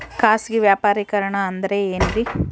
ಖಾಸಗಿ ವ್ಯಾಪಾರಿಕರಣ ಅಂದರೆ ಏನ್ರಿ?